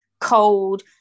cold